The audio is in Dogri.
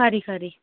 खरी खरी